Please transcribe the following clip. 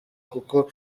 kuko